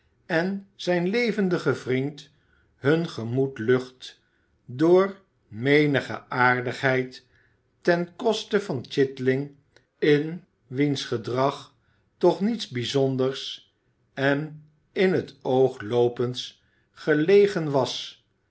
en zijn levendige vriend hun gemoed lucht door menige aardigheid ten koste van chit ing in wiens gedrag toch niets bijzonders en in het oogloopends gelegen was